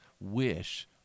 wish